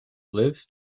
lives